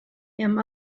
him